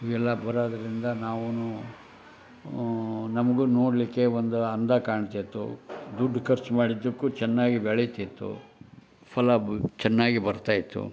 ಇವೆಲ್ಲ ಬರೋದರಿಂದ ನಾವೂ ನಮಗೂ ನೋಡಲಿಕ್ಕೆ ಒಂದು ಅಂದ ಕಾಣ್ತಿತ್ತು ದುಡ್ಡು ಖರ್ಚು ಮಾಡಿದ್ದಕ್ಕೂ ಚೆನ್ನಾಗಿ ಬೆಳೀತಿತ್ತು ಫಲ ಬ ಚೆನ್ನಾಗಿ ಬರ್ತಾಯಿತ್ತು